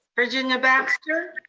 virginia baxter.